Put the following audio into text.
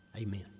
amen